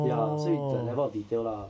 ya 所以 the level of detail lah